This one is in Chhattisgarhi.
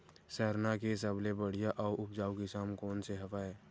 सरना के सबले बढ़िया आऊ उपजाऊ किसम कोन से हवय?